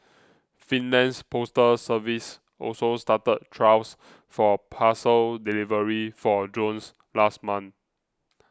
Finland's postal service also started trials for parcel delivery for drones last month